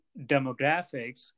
demographics